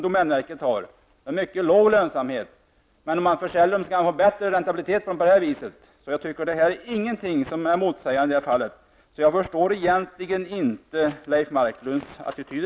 Det är mycket låg lönsamhet. Om man säljer dem skulle man få en bättre räntabilitet. Det finns inget som är motsägande i det fallet. Jag förstår egentligen inte Leif Marklunds attityd.